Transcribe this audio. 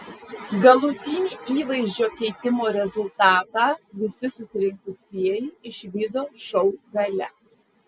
galutinį įvaizdžio keitimo rezultatą visi susirinkusieji išvydo šou gale